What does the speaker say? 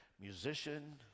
Musician